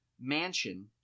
mansion